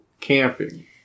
camping